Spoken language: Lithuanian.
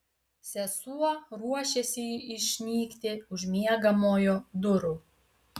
sesuo ruošėsi išnykti už miegamojo durų